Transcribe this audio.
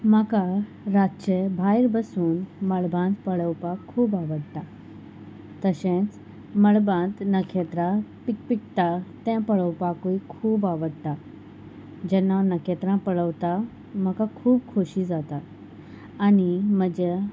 म्हाका रातचे भायर बसून मळबांत पळोवपाक खूब आवडटा तशेंच मळबांत नखेत्रां पिकपिकता तें पळोवपाकूय खूब आवडटा जेन्ना हांव नखेत्रां पळोवता म्हाका खूब खोशी जाता आनी म्हज्या